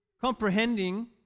comprehending